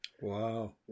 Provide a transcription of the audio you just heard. Wow